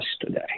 today